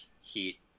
Heat